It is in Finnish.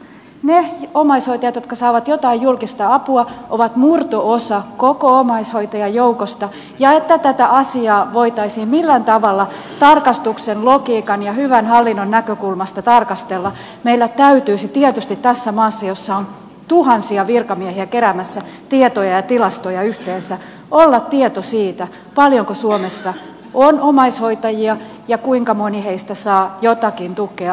ne omaishoitajat jotka saavat jotain julkista apua ovat murto osa koko omaishoitajajoukosta ja jotta tätä asiaa voitaisiin millään tavalla tarkastuksen logiikan ja hyvän hallinnon näkökulmasta tarkastella meillä täytyisi tietoisesti tässä maassa jossa on tuhansia virkamiehiä keräämässä tietoja ja tilastoja yhteensä olla tieto siitä paljonko suomessa on omaishoitajia ja kuinka moni heistä saa jotakin tukea